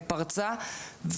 שצריך מזמין,